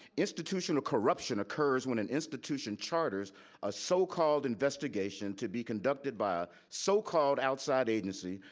institutional corruption occurs when an institution charters a so called investigation to be conducted by a so called outside agency,